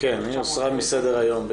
הוסרה מסדר היום.